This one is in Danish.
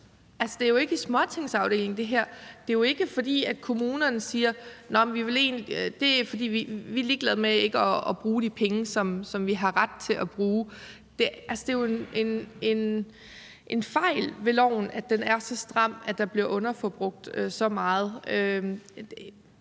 det er jo ikke i småtingsafdelingen. Det er jo ikke, fordi kommunerne siger: Vi er ligeglade med ikke at bruge de penge, som vi har ret til at bruge. Det er jo en fejl ved loven, at den er så stram, at der bliver underforbrugt så meget.